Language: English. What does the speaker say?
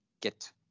get